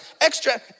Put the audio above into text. extra